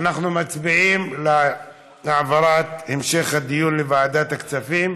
אנחנו מצביעים על העברת המשך הדיון לוועדת הכספים,